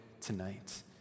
tonight